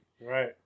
Right